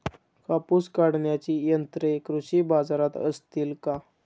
कापूस काढण्याची यंत्रे कृषी बाजारात असतील का?